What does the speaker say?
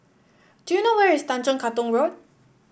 do you know where is Tanjong Katong Road